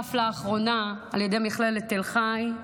נחשף לאחרונה על ידי מכללת תל חי,